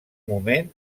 moment